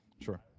Sure